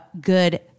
good